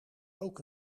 ook